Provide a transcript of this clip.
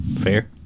Fair